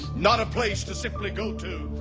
not a place to simply go to.